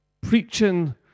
preaching